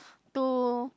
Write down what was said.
to